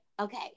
okay